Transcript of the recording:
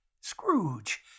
Scrooge